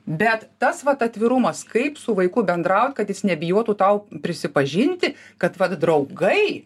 bet tas vat atvirumas kaip su vaiku bendraut kad jis nebijotų tau prisipažinti kad vat draugai